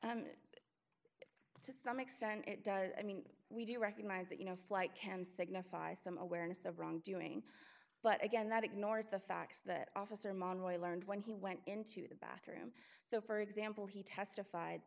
and to some extent it does i mean we do recognize that you know flight can signify some awareness of wrongdoing but again that ignores the fact that officer monroy learned when he went into the bathroom so for example he testified